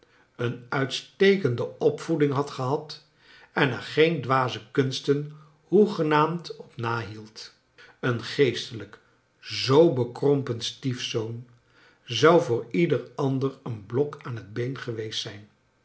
een uitstekende opvoeding had gehad en er geen dwaze kunsten hoegenaamd op nahield een geestelijk zoo bekrompen stiefzoon zou voor ieder ander een blok aan het been geweest zijn